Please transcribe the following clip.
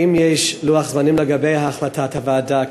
האם יש לוח זמנים לגבי החלטת הוועדה,